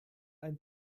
ein